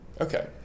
Okay